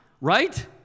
right